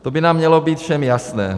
To by nám mělo být všem jasné.